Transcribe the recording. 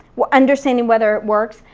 we're understanding whether it works,